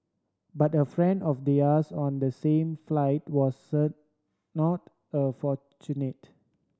but a friend of theirs on the same flight wasn't not a fortunate